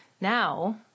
now